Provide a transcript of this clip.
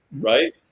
right